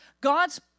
God's